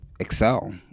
Excel